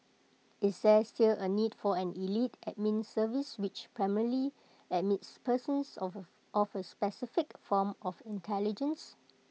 is there still A need for an elite admin service which primarily admits persons of office specific form of intelligence